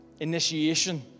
initiation